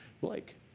Blake